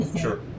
Sure